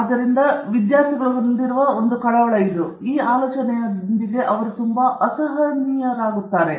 ಆದ್ದರಿಂದ ಇದು ವಿದ್ಯಾರ್ಥಿಗಳು ಹೊಂದಿರುವ ಒಂದು ಕಳವಳ ಆದ್ದರಿಂದ ನೀವು ನಿಮ್ಮ ಅತ್ಯುತ್ತಮ ಫಲಿತಾಂಶಗಳನ್ನು ನೀಡಬೇಕೆಂದು ಈ ಆಲೋಚನೆಯೊಂದಿಗೆ ಅವರು ತುಂಬಾ ಅಸಹನೀಯರಾಗುತ್ತಾರೆ